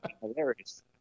Hilarious